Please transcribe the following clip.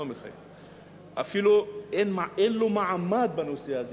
אפילו אין לו מעמד בנושא הזה.